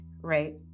right